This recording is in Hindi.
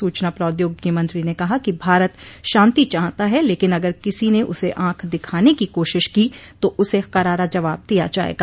सुचना प्रोद्योगिकी मंत्री ने कहा कि भारत शांति चाहता है लेकिन अगर किसी ने उसे आंख दिखाने की कोशिश की तो उसे करारा जवाब दिया जायेगा